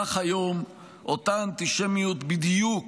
כך היום אותה אנטישמיות בדיוק